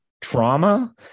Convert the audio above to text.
trauma